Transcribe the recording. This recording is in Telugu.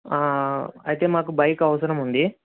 అయితే మాకు బైక్ అవసరం ఉంది